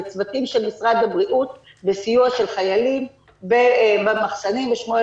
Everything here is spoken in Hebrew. וצוותים של משרד הבריאות בסיוע של חיילים במחסנים בשמואל